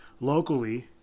locally